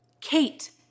Kate